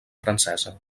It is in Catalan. francesa